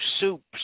soups